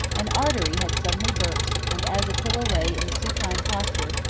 an artery had suddenly burst and as attila lay in a supine posture,